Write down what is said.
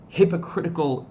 hypocritical